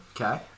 Okay